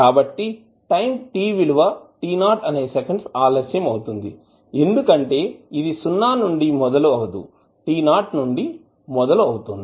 కాబట్టి time t విలువ t 0 అనే సెకండ్స్ ఆలస్యం అవుతుంది ఎందుకంటే ఇది సున్నా నుండి మొదలు అవదు t 0 నుండి మొదలవుతుంది